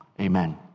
Amen